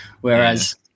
whereas